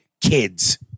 kids